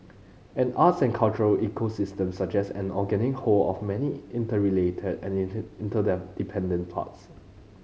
an arts and cultural ecosystem suggests an organic whole of many interrelated and parts